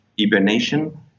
hibernation